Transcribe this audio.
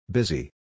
Busy